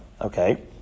Okay